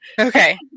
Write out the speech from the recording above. Okay